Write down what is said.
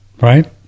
Right